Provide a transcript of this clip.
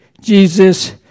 Jesus